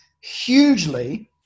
hugely